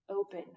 open